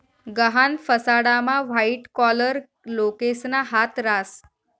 गहाण फसाडामा white collar लोकेसना हात रास